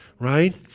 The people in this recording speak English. right